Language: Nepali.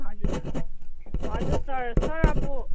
हजुर सर हजुर सर सर अब